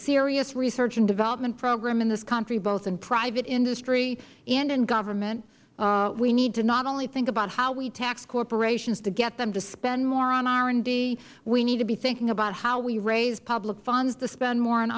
serious research and development program in this country both in private industry and in government we need to not only think about how we tax corporations to get them to spend more on r and d we need to think about how we raise public funds to spend more on